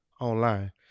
online